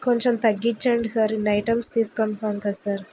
కొంచెం తగ్గిచ్చండి సార్ ఇన్ని ఐటమ్స్ తీసుకుంటున్నాం కదా సార్